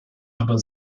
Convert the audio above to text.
aber